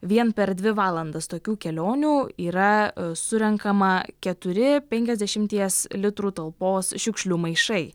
vien per dvi valandas tokių kelionių yra surenkama keturi penkiasdešimties litrų talpos šiukšlių maišai